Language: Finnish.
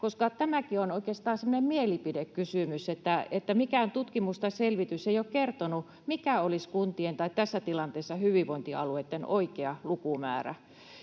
— tämäkin on oikeastaan semmoinen mielipidekysymys. Mikään tutkimus tai selvitys ei ole kertonut, mikä olisi kuntien, tai tässä tilanteessa hyvinvointialueitten, oikea lukumäärä.